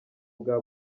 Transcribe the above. bwa